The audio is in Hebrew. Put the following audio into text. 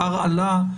ההרעלה,